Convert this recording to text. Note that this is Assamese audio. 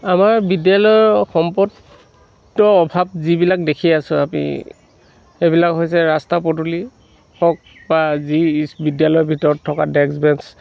আমাৰ বিদ্যালয়ৰ সম্পদৰ অভাৱ যিবিলাক দেখি আছোঁ আমি সেইবিলাক হৈছে ৰাস্তা পদূলি হওঁক বা যি ইস্ বিদ্যালয়ৰ ভিতৰত থকা ডেস্ক বেঞ্চ